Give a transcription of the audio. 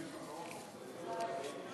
בסדר-היום